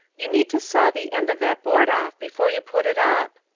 you need to saw the end of that board off before you put it up.